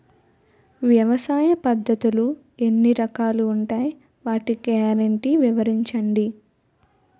వ్యవసాయ పద్ధతులు ఎన్ని రకాలు ఉంటాయి? వాటి గ్యారంటీ వివరించండి?